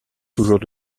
toujours